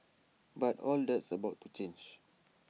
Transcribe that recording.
but all that's about to change